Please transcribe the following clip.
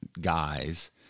guys